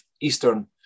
eastern